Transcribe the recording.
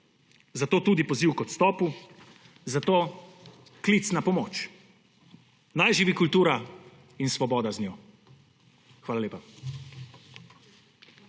Zato tudi poziv k odstopu, zato klic na pomoč – naj živi kultura in svoboda z njo! Hvala lepa.